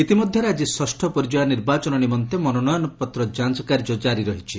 ଇତିମଧ୍ୟରେ ଆକି ଷଷ୍ଠ ପର୍ଯ୍ୟାୟ ନିର୍ବାଚନ ନିମନ୍ତେ ମନୋନୟନ ପତ୍ର ଯାଞ୍ଚ କାର୍ଯ୍ୟ କାରି ରହିଛି